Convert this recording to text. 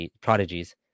prodigies